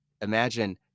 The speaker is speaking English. imagine